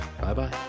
bye-bye